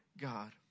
God